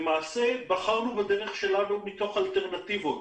בחרנו בדרך שלנו מתוך האלטרנטיבות.